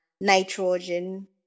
nitrogen